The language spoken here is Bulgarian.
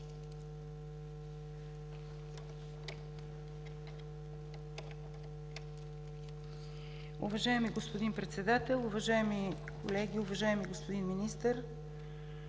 Уважаеми господин Председател, уважаеми колеги! Уважаеми господин Министър,